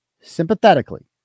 sympathetically